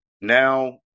now